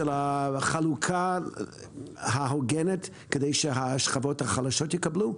החלוקה ההוגנת כדי שהשכבות החלשות יקבלו,